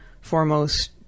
foremost